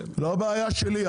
לא בעיה שלי.